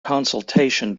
consultation